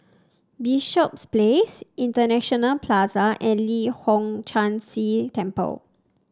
Bishops Place International Plaza and Leong Hong Chan Si Temple